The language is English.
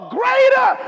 greater